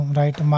right